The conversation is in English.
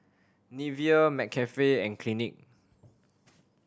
Nivea McCafe and Clinique